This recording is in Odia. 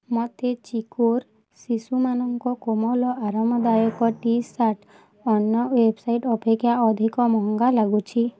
ମୋତେ ଚିକ୍କୋର ଶିଶୁମାନଙ୍କ କୋମଳ ଆରାମଦାୟକ ଟିଥର୍ସ୍ ଅନ୍ୟ ୱେବ୍ସାଇଟ୍ ଅପେକ୍ଷା ଅଧିକ ମହଙ୍ଗା ଲାଗୁଛି